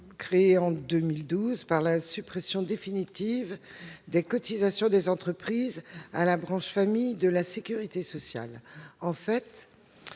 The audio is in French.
créé en 2012, par une suppression définitive des cotisations des entreprises à la branche famille de la sécurité sociale. Or cette